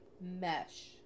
mesh